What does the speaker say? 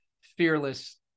fearless